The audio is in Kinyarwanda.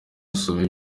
usome